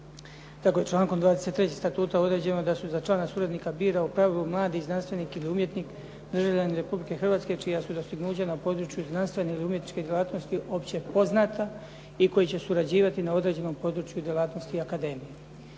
Tako je člankom 23. statuta određeno da su za članove suradnika bira u pravilu mladi znanstvenik ili umjetnik, državljanin Republike Hrvatske čija su dostignuća na području znanstvene ili umjetničke djelatnosti opće poznata i koji će surađivati na određenom području i djelatnosti akademije.